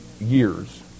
years